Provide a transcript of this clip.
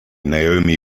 naomi